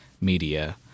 media